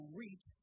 reach